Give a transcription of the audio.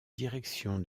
direction